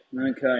okay